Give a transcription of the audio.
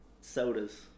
Sodas